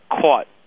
caught